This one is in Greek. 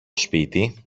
σπίτι